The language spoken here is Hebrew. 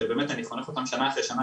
ובאמת אני חונך אותם שנה אחרי שנה,